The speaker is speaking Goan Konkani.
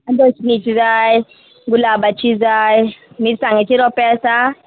दसणीची जाय गुलाबाची जाय मिरसांगेचे रोंपे आसा